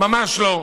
ממש לא.